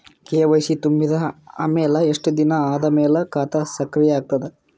KYC ತುಂಬಿದ ಅಮೆಲ ಎಷ್ಟ ದಿನ ಆದ ಮೇಲ ಖಾತಾ ಸಕ್ರಿಯ ಅಗತದ?